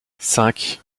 cinq